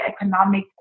economic